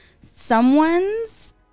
someone's